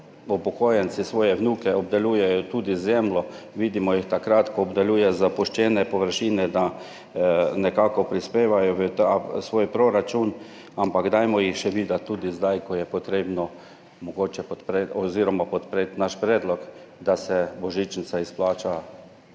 upokojenci svoje vnuke, obdelujejo tudi zemljo, vidimo jih takrat, ko obdeluje zapuščene površine, da nekako prispevajo v ta svoj proračun. Dajmo jih videti tudi zdaj, ko je potrebno podpreti naš predlog, da se božičnica izplača